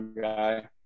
guy